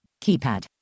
Keypad